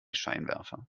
scheinwerfer